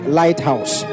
lighthouse